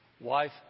Wife